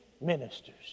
Ministers